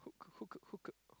hook hook hook hook hook